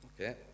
okay